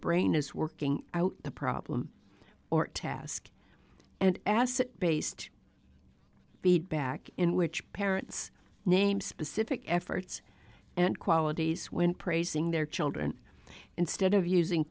brain is working out the problem or task and asset based beat back in which parents name specific efforts and qualities when praising their children instead of using